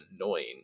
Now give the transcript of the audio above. annoying